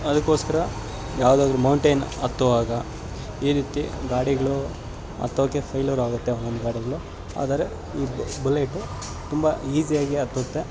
ಅದಕ್ಕೋಸ್ಕರ ಯಾವ್ದಾದ್ರೂ ಮೌಂಟೇನ್ ಹತ್ತುವಾಗ ಈ ರೀತಿ ಗಾಡಿಗಳು ಹತ್ತೋಕ್ಕೆ ಫೇಲ್ಯೂರ್ ಆಗುತ್ತೆ ಒಂದೊಂದು ಗಾಡಿಗಳು ಆದರೆ ಈ ಬುಲೆಟು ತುಂಬ ಈಸಿಯಾಗಿ ಹತ್ತುತ್ತೆ